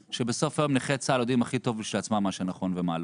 שבסוף היום נכי צה"ל יודעים הכי טוב כשלעצמם מה נכון ומה לא.